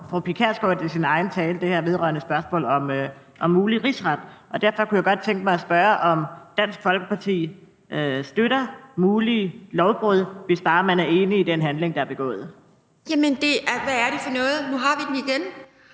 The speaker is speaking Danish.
Pia Kjærsgaard det i sin egen tale, altså det her vedrørende spørgsmålet om en mulig rigsret. Derfor kunne jeg godt tænke mig at spørge, om Dansk Folkeparti støtter mulige lovbrud, hvis bare man er enig i den handling, der er begået. Kl. 14:41 Pia Kjærsgaard (DF): Jamen hvad er det for noget? Nu har vi den igen.